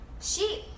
sheep